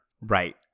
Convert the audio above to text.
Right